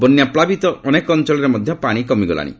ବନ୍ୟା ପ୍ଲାବିତ ଅନେକ ଅଞ୍ଚଳରେ ମଧ୍ୟ ପାଣି କମିଗଲାଣି